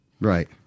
Right